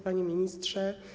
Panie Ministrze!